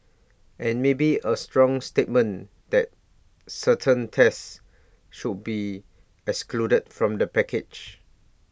and maybe A strong statement that certain tests should be excluded from the package